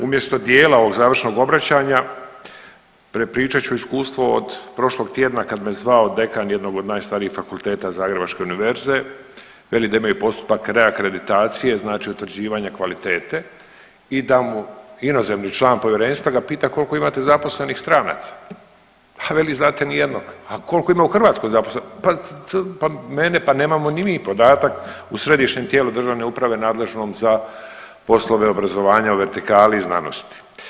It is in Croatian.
Umjesto dijela ovog završnog obraćanja prepričat ću iskustvo od prošlog tjedna kad me zvao dekan jednog od najstarijih fakulteta Zagrebačke Univerze, veli da imaju postupak reakreditacije znači utvrđivanja kvalitete i da mu inozemni član povjerenstva ga pita koliko imate zaposlenih stranaca, a veli znate ni jednog, a koliko ima u Hrvatskoj zaposleno, pa ne ne, pa nemamo ni mi podatak u središnjem tijelu državne uprave nadležnom za poslove obrazovanja u vertikali i znanosti.